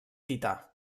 tità